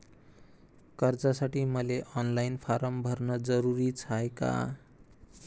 कर्जासाठी मले online form भरन जरुरीच हाय का?